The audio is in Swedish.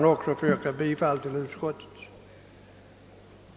Jag ber att få yrka bifall till utskottets hemställan.